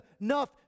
enough